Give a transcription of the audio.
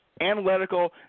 analytical